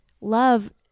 love